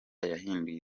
yahinduye